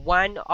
one